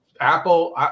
Apple